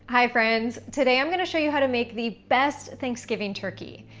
hi, friends. today, i'm gonna show you how to make the best thanksgiving turkey.